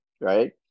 Right